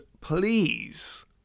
please